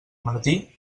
martí